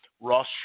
Ross